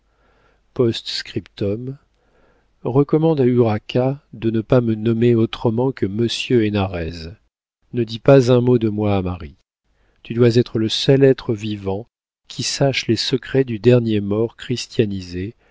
p s recommande à urraca de ne pas me nommer autrement que monsieur hénarez ne dis pas un mot de moi à marie tu dois être le seul être vivant qui sache les secrets du dernier maure